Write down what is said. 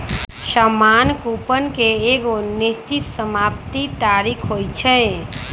सामान्य कूपन के एगो निश्चित समाप्ति तारिख होइ छइ